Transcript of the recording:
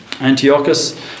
Antiochus